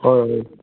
হয় হয়